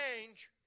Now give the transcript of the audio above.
change